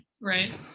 right